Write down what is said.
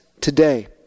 today